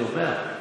אז אני אומר,